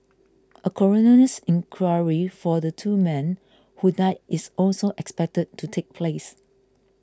a coroner's inquiry for the two men who died is also expected to take place